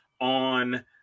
on